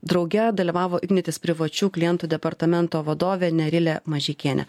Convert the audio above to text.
drauge dalyvavo ignitis privačių klientų departamento vadovė nerilė mažeikienė